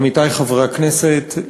עמיתי חברי הכנסת,